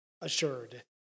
assured